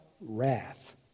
wrath